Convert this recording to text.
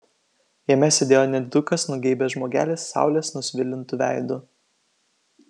jame sėdėjo nedidukas nugeibęs žmogelis saulės nusvilintu veidu